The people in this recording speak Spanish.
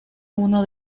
uno